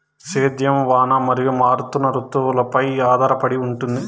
సేద్యం వాన మరియు మారుతున్న రుతువులపై ఆధారపడి ఉంటుంది